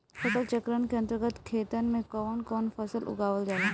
फसल चक्रण के अंतर्गत खेतन में कवन कवन फसल उगावल जाला?